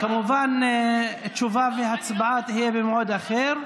כמובן, תשובה והצבעה יהיו במועד אחר.